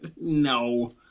No